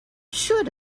should